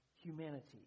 humanity